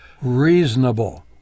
Reasonable